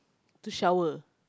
to shower